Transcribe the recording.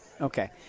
Okay